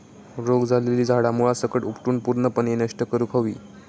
रोग झालेली झाडा मुळासकट उपटून पूर्णपणे नष्ट करुक हवी